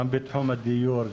גם בתחום הדיור,